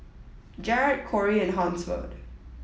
Jarod Corie and Hansford